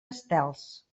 estels